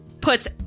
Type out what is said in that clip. puts